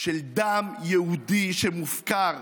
של דם יהודי שמופקר,